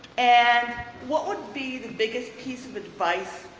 and what would be the biggest piece of advice?